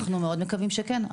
אנחנו מאוד מקווים שכן.